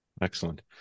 Excellent